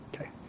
okay